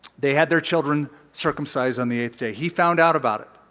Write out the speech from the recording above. they had their children circumcised on the eighth day. he found out about it,